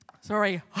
Sorry